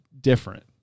different